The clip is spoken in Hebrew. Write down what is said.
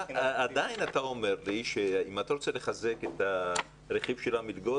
עדיין אתה אומר לי שאם אתה רוצה לחזק את הרכיב של המלגות,